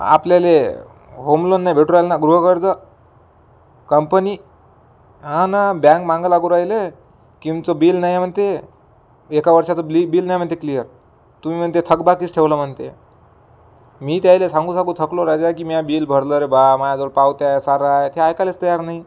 आपल्याला home loan नाही भेटू राहिल नं गृहकर्ज कंपनी हां ना बँक मागं लागून राहिले किमचं बील नाही आहे म्हणते एका वर्षाचं ब्लि बिल नाही म्हणते क्लीअर तुम्ही म्हणते थकबाकीच ठेवलं म्हणते आहे मी त्याहिले सांगून सांगू थकलो राजेआय की म्या बिल भरलं रे ब्वा माझ्याजवळ पावत्या आहे सारं आहे ते ऐकायलाच तयार नाही